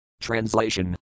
TRANSLATION